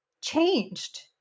changed